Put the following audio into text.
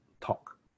talk